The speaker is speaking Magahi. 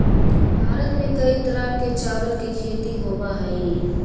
भारत में कई तरह के चावल के खेती होबा हई